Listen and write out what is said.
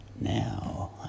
Now